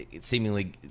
seemingly